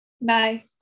Bye